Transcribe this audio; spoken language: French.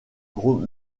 gros